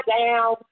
down